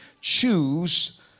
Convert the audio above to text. choose